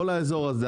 כל האזור הזה,